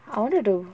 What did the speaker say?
I wanted to